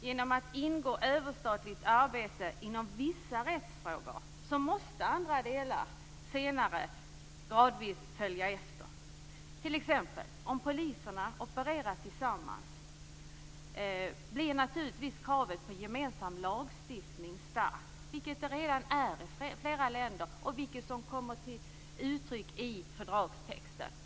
Genom att ingå överstatligt arbete inom vissa rättsfrågor måste andra delar senare gradvis följa efter. T.ex. om poliserna opererar tillsammans blir naturligtvis kravet på gemensam lagstiftning starkt, vilket det redan är i flera länder och som kommer till uttryck i fördragstexten.